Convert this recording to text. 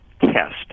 test